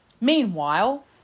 Meanwhile